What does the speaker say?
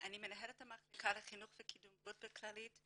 אני מנהלת את המחלקה לחינוך וקידום הבריאות בכללית,